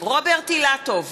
רוברט אילטוב,